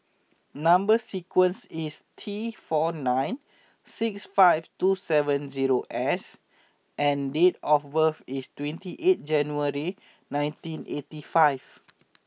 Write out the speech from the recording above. number sequence is T four nine six five two seven zero S and date of birth is twenty eighth January nineteen eighty five